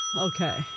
Okay